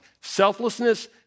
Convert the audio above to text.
Selflessness